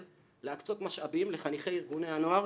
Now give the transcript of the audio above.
בהתחייבותה להקצות משאבים לחניכי ארגוני הנוער